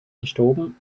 gestorben